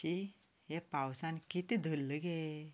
शी हें पावसान कितें धरलां गे